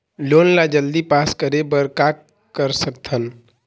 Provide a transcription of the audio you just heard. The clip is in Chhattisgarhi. लोन ला जल्दी पास करे बर का कर सकथन?